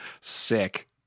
sick